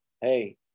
hey